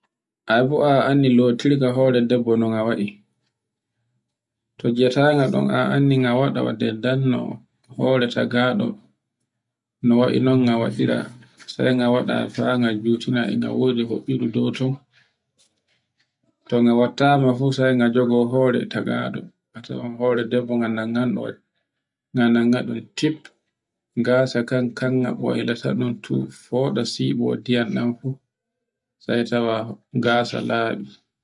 Ai bo a andi lotirga hore dobbo no nga wa'i. to ngiyatangal ɗon a anndi nga waɗa deddel no ko hore tagaɗo no wa'ilon nga wadira, sai nga waɗa famngal jutina e nga wodi huɓɓirde dow ton. Ton ga wattama fu sai nga jogo hore tagaɗo, atawan hore debbo nga nanganɗo, nga nango ɗun tin, gasa kan, kanga u waylita ɗum to foɗa siɓo ndiyam ɗan fu, sai tawa gasa laɓi